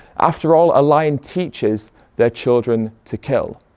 after all a lion teaches their children to kill.